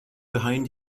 behind